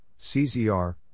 CZR